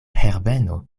herbeno